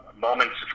moments